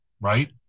right